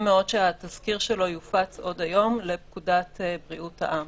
מאוד שהתזכיר שלו יופץ עוד היום לפקודת בריאות העם.